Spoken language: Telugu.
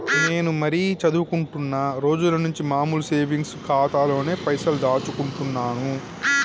నేను మరీ చదువుకుంటున్నా రోజుల నుంచి మామూలు సేవింగ్స్ ఖాతాలోనే పైసలు దాచుకుంటున్నాను